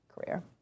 career